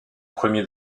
premier